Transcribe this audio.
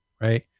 right